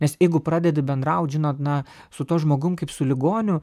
nes jeigu pradedi bendrauti žinot na su tuo žmogum kaip su ligoniu